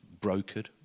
brokered